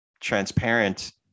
transparent